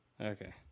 Okay